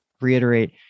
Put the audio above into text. reiterate